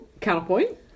Counterpoint